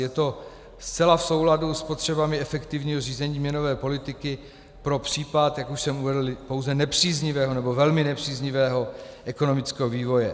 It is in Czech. Je to zcela v souladu s potřebami efektivního řízení měnové politiky pro případ, jak už jsem uvedl, pouze nepříznivého nebo velmi nepříznivého ekonomického vývoje.